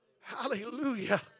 Hallelujah